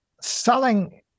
selling